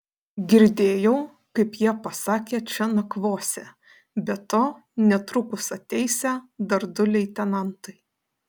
girdėjau kaip jie pasakė čia nakvosią be to netrukus ateisią dar du leitenantai